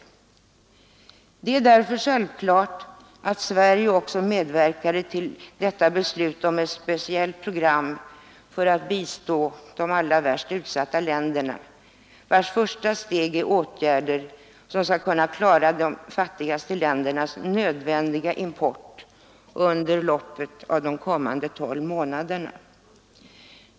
Den ekonomiska Det var därför självklart att Sverige också medverkade till detta beslut politiken, m.m. om ett speciellt program för att bistå de allra värst utsatta länderna, ett program vars första steg är åtgärder för att klara de fattigaste ländernas nödvändiga import under loppet av de kommande tolv månaderna.